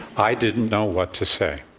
i didn't know what to say.